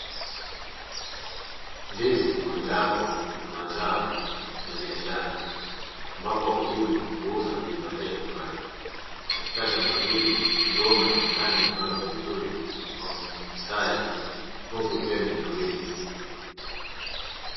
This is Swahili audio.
Ndizi ni mojawapo ya mazao ya biashara, ambapo wakulima huuza na kujipatia kipato, katika shamba hili migomba inaonekana imepandwa vizuri kwa mstari, huku ikiwa imenawiri.